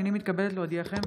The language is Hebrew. הינני מתכבדת להודיעכם,